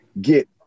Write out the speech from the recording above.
get